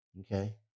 Okay